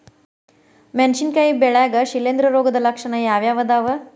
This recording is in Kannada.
ಮೆಣಸಿನಕಾಯಿ ಬೆಳ್ಯಾಗ್ ಶಿಲೇಂಧ್ರ ರೋಗದ ಲಕ್ಷಣ ಯಾವ್ಯಾವ್ ಅದಾವ್?